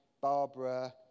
Barbara